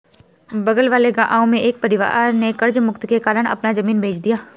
बगल वाले गांव में एक परिवार ने कर्ज मुक्ति के कारण अपना जमीन बेंच दिया